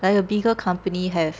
like a bigger company have